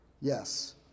yes